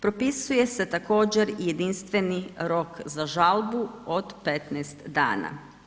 Propisuje se također i jedinstveni rok za žalbu od 15 dana.